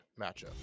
matchup